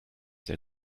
sehr